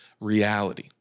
reality